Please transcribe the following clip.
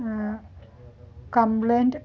complaint